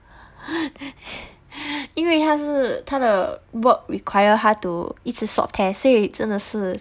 因为她是她的 work require her to 一直 swab test 所以真的是